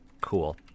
Cool